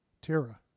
Tara